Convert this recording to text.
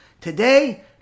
Today